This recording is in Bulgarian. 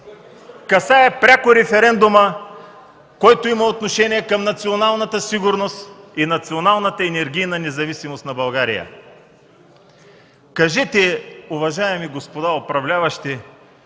касае пряко референдума, който има отношение към националната сигурност и националната енергийна независимост на България. Уважаеми господа управляващи